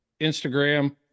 Instagram